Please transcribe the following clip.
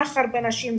סחר בנשים,